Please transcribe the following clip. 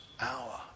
hour